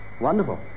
Wonderful